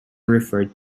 referred